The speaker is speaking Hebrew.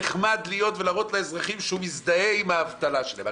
נחמד ולהראות לאזרחים שהוא מזדהה עם האבטלה שלהם.